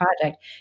project